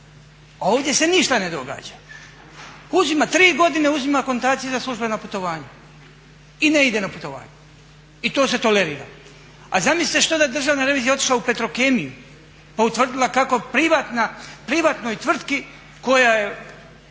a ovdje se ništa ne događa. Uzima tri godine uzima akontaciju za službena putovanja i ne ide na putovanje i to se toleriralo. A zamislite što da je Državna revizija otišla u Petrokemiju pa utvrdila kako privatnoj tvrtki koja je